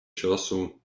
часу